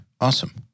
Awesome